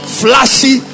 flashy